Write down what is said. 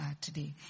Today